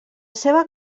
seva